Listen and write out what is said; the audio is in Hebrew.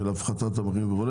של הפחתת המחירים וכו',